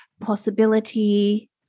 possibility